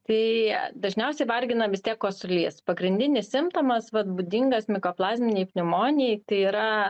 tai dažniausiai vargina vis tiek kosulys pagrindinis simptomas va būdingas mikoplazminei pneumonijai tai yra